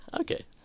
Okay